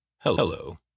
Hello